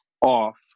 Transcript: off